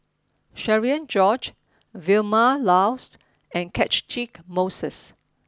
Cherian George Vilma Laus and Catchick Moses